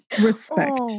respect